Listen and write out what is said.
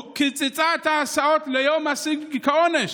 קיצצה את ההסעות ליום הסיגד כעונש,